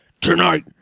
Tonight